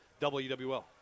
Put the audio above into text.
WWL